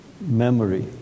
memory